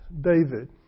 David